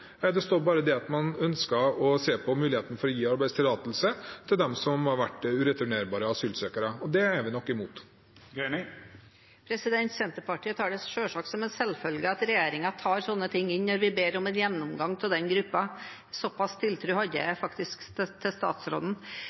står bare at man ønsker å se på muligheten for å gi arbeidstillatelse for dem som har vært ureturnerbare asylsøkere. Det er vi nok imot. Senterpartiet tar det som en selvfølge at regjeringen tar slikt inn når vi ber om en gjennomgang av denne gruppa. Så pass tiltro hadde jeg faktisk til statsråden.